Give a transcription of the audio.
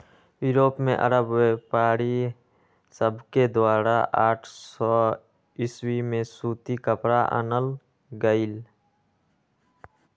Europe में अरब व्यापारिय सभके द्वारा आठ सौ ईसवी में सूती कपरा आनल गेलइ